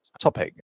topic